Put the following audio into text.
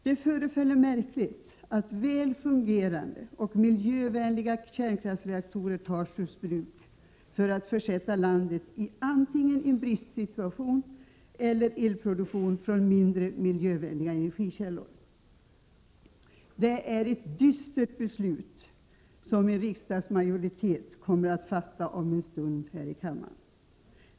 Det förefaller märkligt att väl fungerande och miljövänliga kärnkraftsreaktorer tas ur bruk för att försätta landet i antingen en bristsituation eller i en situation med elproduktion från mindre miljövänliga energikällor. Det är ett dystert beslut som en riksdagsmajoritet kommer att fatta om en stund här i kammaren.